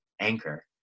anchor